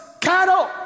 cattle